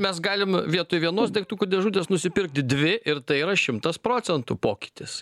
mes galim vietoj vienos degtukų dėžutės nusipirkti dvi ir tai yra šimtas procentų pokytis